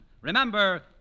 Remember